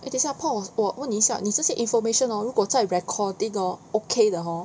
eh 等一下 paul 我问你一下你这些 information hor 如果在 recording hor okay 的 hor